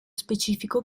specifico